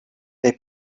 they